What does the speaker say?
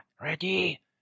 ready